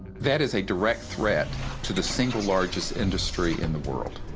that is a direct threat to the single largest industry in the world,